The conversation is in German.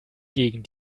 gegen